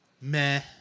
Meh